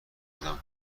بودم